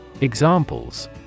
Examples